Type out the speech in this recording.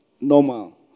normal